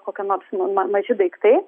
kokia nors ma maži daiktai